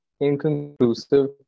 inconclusive